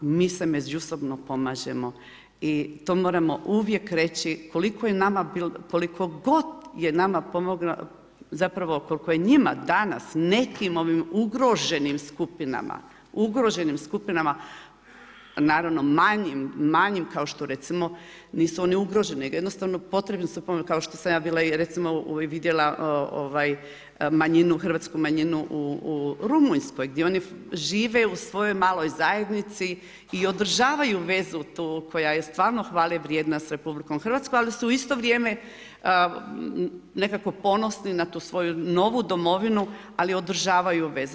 Mi se međusobno pomažemo i to moramo uvijek reći koliko je nama, koliko god je nama pomoglo, zapravo koliko je njima danas nekim ovim ugroženim skupinama, naravno manjim kao što recimo, nisu oni ugroženi, nego jednostavno ... kao što sam i ja bila i recimo vidjela hrvatsku manjinu u Rumunjskoj gdje oni žive u svojoj maloj zajednici i održavaju vezu tu koja je stvarno hvale vrijedna s RH, ali su u isto vrijeme nekako ponosni na tu svoju novu domovinu, ali održavaju vezu.